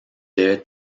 debe